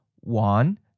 one